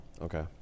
Okay